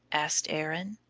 asked erin.